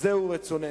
אז זהו רצוננו,